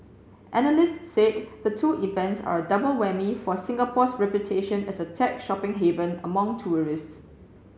analysts said the two events are a double whammy for Singapore's reputation as a tech shopping haven among tourists